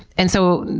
and so,